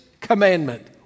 commandment